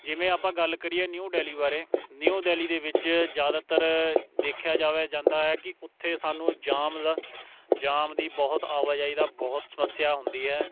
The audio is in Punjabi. ਜਿਵੇਂ ਆਪਾਂ ਗੱਲ ਕਰੀਏ ਨਿਊ ਡੈਲੀ ਬਾਰੇ ਨਿਊ ਡੈਲੀ ਦੇ ਵਿੱਚ ਜ਼ਿਆਦਾਤਰ ਦੇਖਿਆ ਜਾਵੇ ਜਾਂਦਾ ਹੈ ਕਿ ਉੱਥੇ ਸਾਨੂੰ ਜਾਮ ਦਾ ਜਾਮ ਦੀ ਬਹੁਤ ਆਵਾਜਾਈ ਦਾ ਬਹੁਤ ਸਮੱਸਿਆ ਹੁੰਦੀ ਹੈ